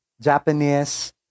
Japanese